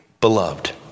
beloved